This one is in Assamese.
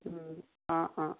অঁ অঁ অঁ